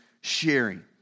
sharing